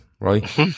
right